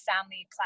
family